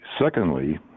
Secondly